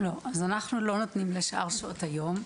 אנחנו לא נותנים לשאר שעות היום.